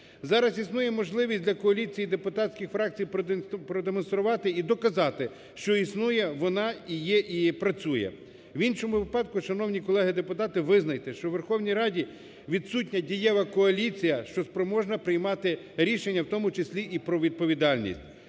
Зараз існує можливість для коаліції депутатських фракцій продемонструвати і доказати, що існує вона і є, і працює. В іншому випадку, шановні колеги депутати, визнайте, що у Верховній Раді відсутня дієва коаліція, що спроможна приймати рішення, в тому числі і про відповідальність.